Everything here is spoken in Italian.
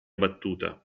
battuta